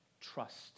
trust